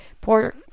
poor